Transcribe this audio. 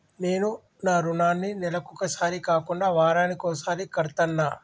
నేను నా రుణాన్ని నెలకొకసారి కాకుండా వారానికోసారి కడ్తన్నా